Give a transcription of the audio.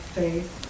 faith